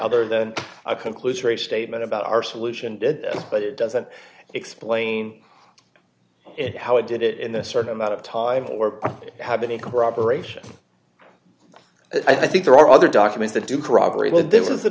other than a conclusion or a statement about our solution did but it doesn't explain how it did it in a certain amount of time or have any corroboration i think there are other documents that do corroborate